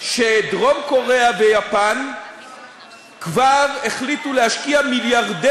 שדרום-קוריאה ויפן כבר החליטו להשקיע מיליארדי